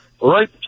right